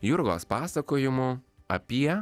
jurgos pasakojimu apie